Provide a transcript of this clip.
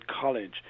college